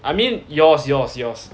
I mean yours yours yours